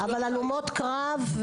אבל הלומות קרב,